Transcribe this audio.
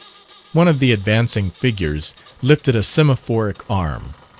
one of the advancing figures lifted a semaphoric arm.